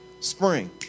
spring